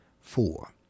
four